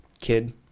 kid